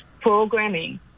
Programming